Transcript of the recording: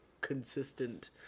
consistent